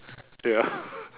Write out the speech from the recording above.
ya